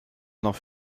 noch